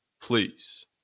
please